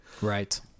Right